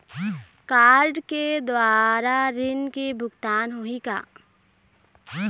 Card के द्वारा ऋण के भुगतान होही का?